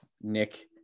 Nick